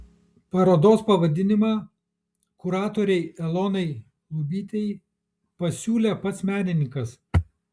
parodos pavadinimą kuratorei elonai lubytei pasiūlė pats menininkas